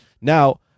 Now